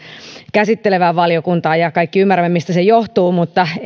käsittelevään valiokuntaan ja kaikki ymmärrämme mistä se johtuu mutta